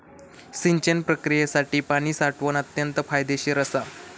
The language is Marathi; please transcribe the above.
सिंचन प्रक्रियेसाठी पाणी साठवण अत्यंत फायदेशीर असा